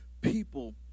people